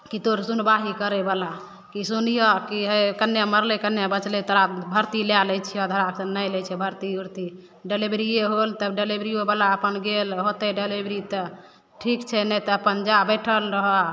कि तोहर सुनबाहि करैवला कि सुनिअऽ कि हइ कोन्ने मरलै कोन्ने बचलै तकरा भरती लै लै छिअऽ धड़ाकसे नहि लै छै भरती उरती डिलेवरिए होल तब डलेवरिओवला अपन गेल होतै डिलेवरी तऽ ठीक छै नहि तऽ अपन जा बैठल रहऽ